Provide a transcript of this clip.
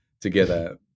together